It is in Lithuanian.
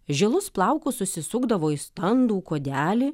žilus plaukus susisukdavo į standų kuodelį